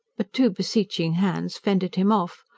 but two beseeching hands fended him off.